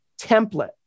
template